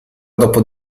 dopo